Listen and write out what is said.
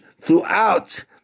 throughout